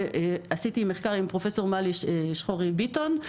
עשיתי מחקר עם פרופ' מלי שחורי ביטון.